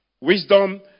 Wisdom